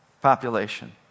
population